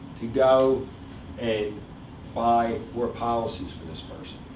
to go and buy more policies for this person.